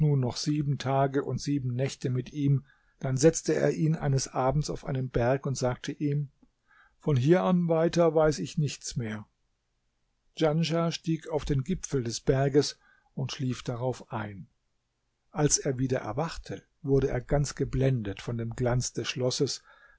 noch sieben tage und sieben nächte mit ihm dann setzte er ihn eines abends auf einen berg und sagte ihm von hier an weiter weiß ich nichts mehr djanschah stieg auf den gipfel des berges und schlief darauf ein als er wieder erwachte wurde er ganz geblendet von dem glanz des schlosses